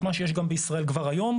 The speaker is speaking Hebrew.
את מה שיש בישראל כבר היום,